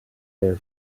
their